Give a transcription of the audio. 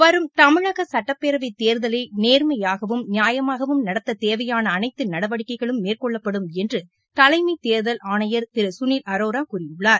வரும் தமிழக சுட்டப்பேரவை தேர்தலை நேர்மையாகவும் நியாயமாகவும் நடத்த தேவையாள அனைத்து நடவடிக்கைகளும் மேற்கொள்ளப்படும் என்று தலைமை தேர்தல் ஆணையர் திரு சுனில் அரோரா கூறியுள்ளார்